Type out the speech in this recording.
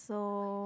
so